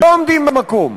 לא עומדים במקום.